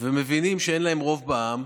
ומבינים שאין להם רוב בעם,